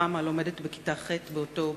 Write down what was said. רמה, לומדת בכיתה ח' באותו בית-ספר.